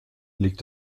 liegt